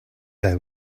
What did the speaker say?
they